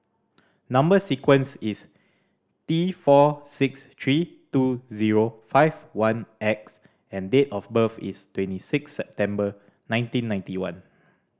number sequence is T four six three two zero five one X and date of birth is twenty six September nineteen ninety one